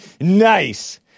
nice